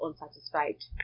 unsatisfied